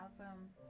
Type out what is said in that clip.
album